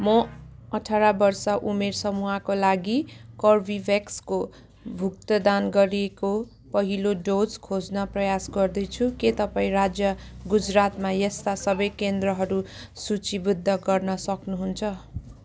म अठाह्र वर्ष उमेर समूहको लागि कर्बेभ्याक्सको भुक्तान गरिएको पहिलो डोज खोज्न प्रयास गर्दैछु के तपाईँँ राज्य गुजरातमा यस्ता सबै केन्द्रहरू सूचीबद्ध गर्न सक्नुहुन्छ